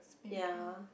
ya